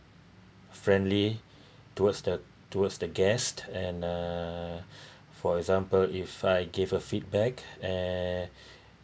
friendly towards the towards the guest and uh for example if I gave a feedback and